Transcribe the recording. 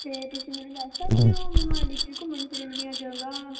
ਅਤੇ ਤੁਸੀਂ ਮੈਨੂੰ ਦੱਸ ਸਕਦੇ ਹੋ ਮੋਹਾਲੀ 'ਚ ਘੁੰਮਣ ਫਿਰਨ ਦੀਆਂ ਜਗ੍ਹਾ